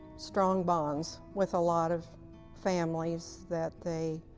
strong bonds with a lot of families that they